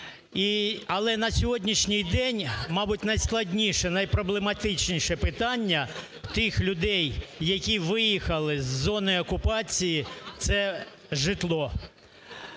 Але на сьогоднішній день, мабуть, найскладніше, найпроблематичніше питання тих людей, які виїхали з зони окупації, – це житло.